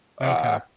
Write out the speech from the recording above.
Okay